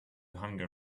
hunger